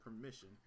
permission